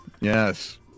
yes